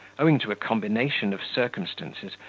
owing to a combination of circumstances,